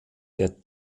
der